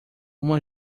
uma